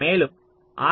மேலும் R